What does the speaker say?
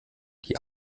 die